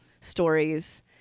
stories